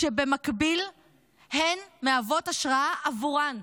כשבמקביל הן מהוות השראה עבורן.